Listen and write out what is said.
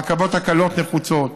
הרכבות הקלות נחוצות,